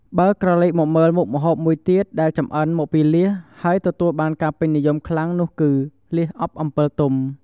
បើក្រឡេកមកមើលមុខម្ហូបមួយទៀតដែលចំអិនមកពីលៀសហើយទទួលបានការពេញនិយមខ្លាំងនោះគឺ លៀសអប់អំពិលទុំ។